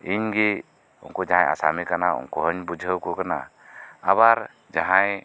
ᱤᱧ ᱜᱮ ᱩᱱᱠᱩ ᱡᱟᱦᱟᱸᱭ ᱟᱥᱟᱢᱤ ᱠᱟᱱᱟ ᱩᱱᱠᱩ ᱦᱚᱸᱧ ᱵᱩᱡᱷᱟᱹᱣ ᱟᱠᱚ ᱠᱟᱱᱟ ᱟᱵᱟᱨ ᱡᱟᱦᱟᱸᱭ